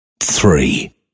three